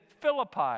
Philippi